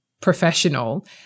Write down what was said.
professional